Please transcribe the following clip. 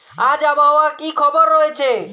আজ আবহাওয়ার কি খবর রয়েছে?